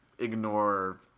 ignore